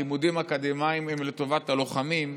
לימודים אקדמיים הם לטובת הלוחמים,